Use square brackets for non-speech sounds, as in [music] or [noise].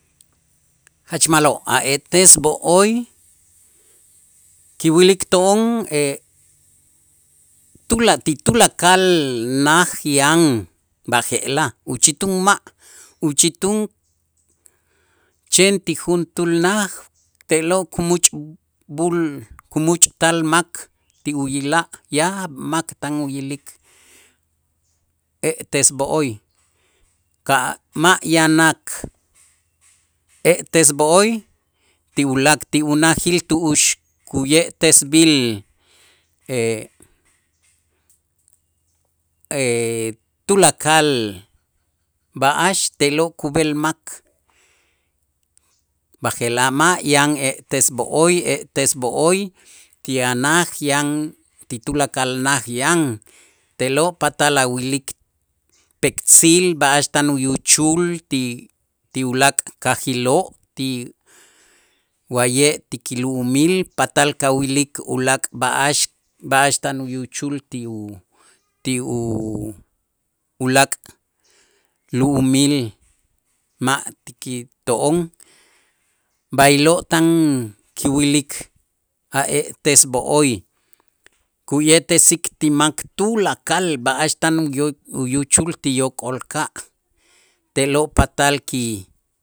Jach ma'lo' a e'tes b'o'oy kiwilik to'on [hesitation] tula ti tulakal naj yan b'aje'laj uchitun ma', uchitun chen ti juntuul naj te'lo' kumächb'äl kumuuch'tal mak ti uyila' yaab' mak tan uyilik e'tes b'o'oy, ka' ma' yan nak' e'tes b'o'oy ti ulaak' ti unajil tu'ux kuye'tesb'il [hesitation] tulakal b'a'ax te'lo' kub'el mak, b'aje'laj ma' e'tes b'o'oy e'tes b'o'oy ti a' naj yan ti tulakal naj yan te'lo' patal awilik pektzil, b'a'ax tan uyuchul ti ulaak' kajiloo' ti wa'ye' ti kilu'umil patal kawilik ulaak' b'a'ax, b'a'ax tan uyuchul ti u ti ulaak' lu'umil ma' ti kito'on b'aylo' tan kiwilik a' e'tes b'o'oy kuye'tesik ti mak tulakal b'a'ax tan uyo- uyuchul ti yok'olka' te'lo' patal ki